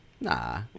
Nah